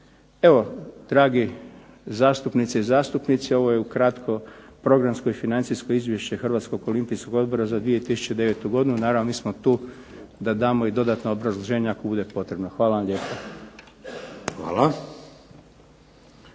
Evo dragi zastupnice i zastupnici, ovo je ukratko Programsko i Financijsko izvješće Hrvatskog olimpijskog odbora za 2009. godinu. Naravno mi smo tu da damo i dodatna obrazloženja ako bude potrebno. Hvala vam lijepo.